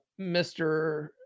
Mr